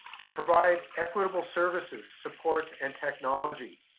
to provide equitable services, supports, and technology.